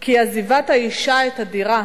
כי עזיבת האשה את הדירה